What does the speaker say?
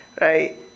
right